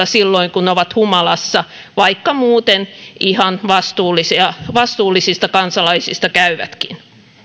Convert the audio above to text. silloin kun ovat humalassa vaikka muuten ihan vastuullisista vastuullisista kansalaisista käyvätkin